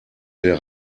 der